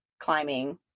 climbing